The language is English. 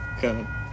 Kevin